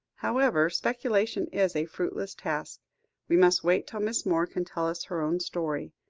however, speculation is a fruitless task we must wait till miss moore can tell us her own story.